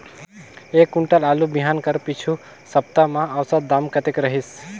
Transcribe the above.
एक कुंटल आलू बिहान कर पिछू सप्ता म औसत दाम कतेक रहिस?